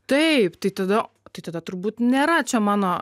taip tai tada tai tada turbūt nėra čia mano